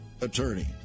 attorney